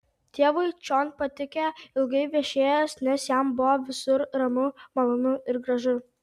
tėvui čion patikę ilgai viešėjęs nes jam buvę visur ramu malonu ir gražu